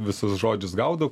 visus žodžius gaudau